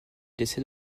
décès